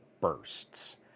bursts